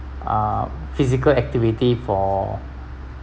uh physical activity for